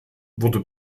wurde